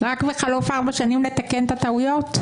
רק בחלוף ארבע שנים לתקן את הטעויות?